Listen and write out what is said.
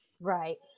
Right